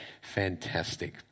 fantastic